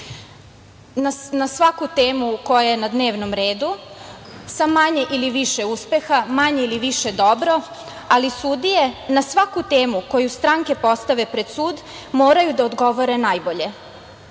na svaku temu koja je na dnevnom redu sa manje ili više uspeha, manje ili više dobro, ali sudije na svaku temu koju stranke postave pred sud moraju da odgovore najbolje,